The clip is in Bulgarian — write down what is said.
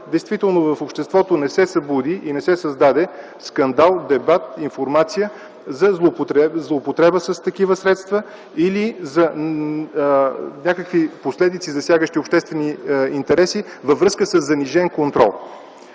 действително в обществото не се събуди и не се създаде скандал, дебат и информация за злоупотреба с такива средства или за някакви последици, засягащи обществени интереси във връзка със занижен контрол.